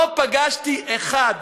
ולא פגשתי אחד,